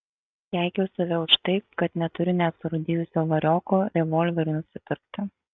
keikiau save už tai kad neturiu net surūdijusio varioko revolveriui nusipirkti